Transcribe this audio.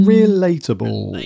relatable